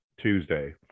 Tuesday